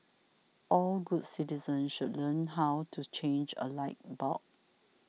all good citizens should learn how to change a light bulb